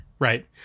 Right